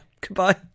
Goodbye